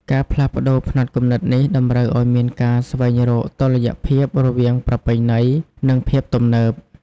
ការផ្លាស់ប្ដូរផ្នត់គំនិតនេះតម្រូវឱ្យមានការស្វែងរកតុល្យភាពរវាងប្រពៃណី និងភាពទំនើប។